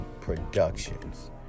productions